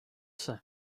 see